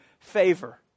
Favor